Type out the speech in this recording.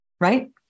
right